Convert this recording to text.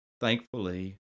thankfully